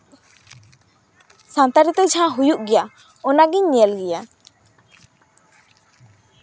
ᱥᱟᱱᱛᱟᱞᱤ ᱛᱮ ᱡᱟᱦᱟᱸ ᱦᱩᱭᱩᱜ ᱜᱮᱭᱟ ᱚᱱᱟᱜᱮᱧ ᱧᱮᱞ ᱜᱮᱭᱟ